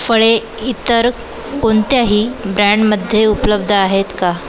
फळे इतर कोणत्याही ब्रँडमध्ये उपलब्ध आहेत का